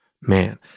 man